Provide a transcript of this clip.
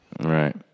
Right